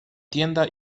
tienda